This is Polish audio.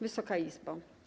Wysoka Izbo!